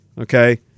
Okay